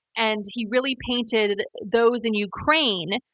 and he really painted those in ukraine,